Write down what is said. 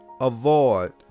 avoid